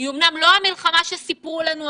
היא אומנם לא המלחמה שסיפרו לנו עליה,